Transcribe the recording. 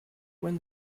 when